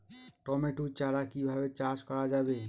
Tomato চারা কিভাবে চাষ করা যাবে?